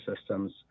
systems